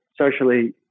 socially